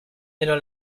pero